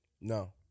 No